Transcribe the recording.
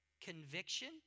conviction